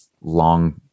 long